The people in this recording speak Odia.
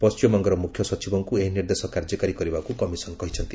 ପଶ୍ଚିମବଙ୍ଗର ମୁଖ୍ୟ ସଚିବଙ୍କୁ ଏହି ନିର୍ଦ୍ଦେଶ କାର୍ଯ୍ୟକାରୀ କରିବାକୁ କମିଶନ୍ କହିଛନ୍ତି